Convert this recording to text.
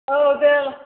औ दे